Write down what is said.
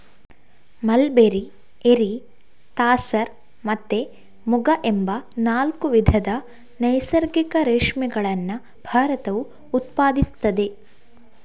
mulberry, eri, tasar ಮತ್ತೆ ಮುಗ ಎಂಬ ನಾಲ್ಕು ವಿಧದ ನೈಸರ್ಗಿಕ ರೇಷ್ಮೆಗಳನ್ನ ಭಾರತವು ಉತ್ಪಾದಿಸ್ತದೆ